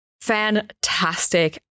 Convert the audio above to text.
fantastic